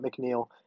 McNeil